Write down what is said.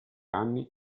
anni